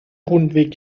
rundweg